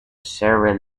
sarah